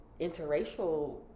interracial